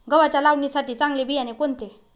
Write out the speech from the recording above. गव्हाच्या लावणीसाठी चांगले बियाणे कोणते?